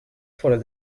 follow